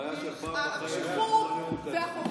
חוויה של פעם בחיים --- הקשיחות והחוכמה,